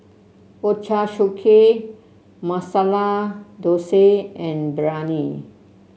Ochazuke Masala Dosa and Biryani